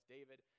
David